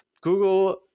Google